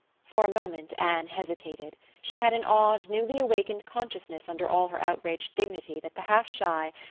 for a moment anne hesitated. she had an odd, newly awakened consciousness under all her outraged dignity that the half-shy,